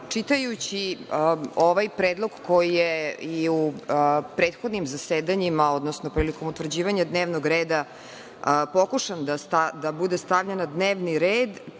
čitajući ovaj predlog koji je i u prethodnim zasedanjima, odnosno prilikom utvrđivanja dnevnog reda pokušan da bude stavljen na dnevni red,